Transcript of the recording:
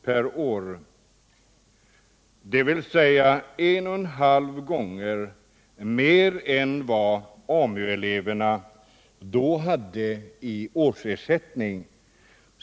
per år — dvs. med en och en halv gång mer än vad AMU-eleverna då hade i årsersättning.